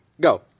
Go